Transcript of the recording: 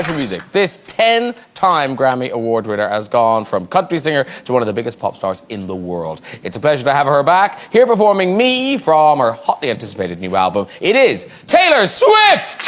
music this ten time grammy award winner has gone from country singer to one of the biggest pop stars in the world it's a pleasure to have her back here performing me from or hotly anticipated new album. it is taylor swift